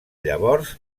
llavors